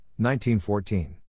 1914